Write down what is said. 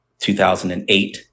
2008